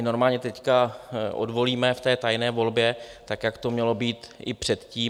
Normálně teď odvolíme v tajné volbě tak, jak to mělo být i předtím.